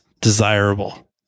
desirable